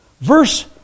Verse